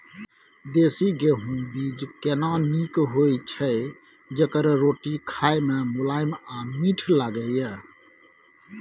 देसी गेहूँ बीज केना नीक होय छै जेकर रोटी खाय मे मुलायम आ मीठ लागय?